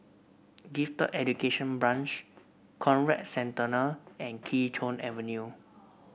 Gifted Education Branch Conrad Centennial and Kee Choe Avenue